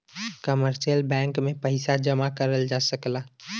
commercial bank में पइसा जमा करल जा सकला